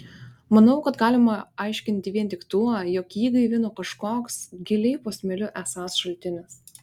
manau kad galima aiškinti vien tik tuo jog jį gaivino kažkoks giliai po smėliu esąs šaltinis